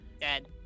Dead